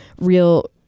real